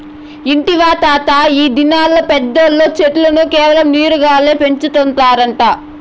ఇంటివా తాతా, ఈ దినాల్ల పెద్దోల్లు చెట్లను కేవలం నీరు గాల్ల పెంచుతారట